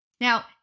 Now